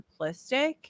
simplistic